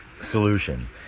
solution